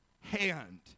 hand